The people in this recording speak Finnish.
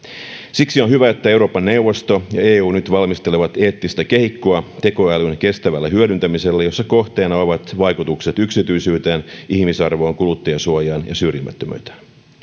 siksi on hyvä että euroopan neuvosto ja eu nyt valmistelevat eettistä kehikkoa tekoälyn kestävälle hyödyntämiselle jossa kohteena ovat vaikutukset yksityisyyteen ihmisarvoon kuluttajansuojaan ja syrjimättömyyteen